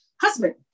husband